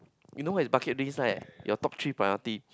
you know what is bucket list right your top three priorities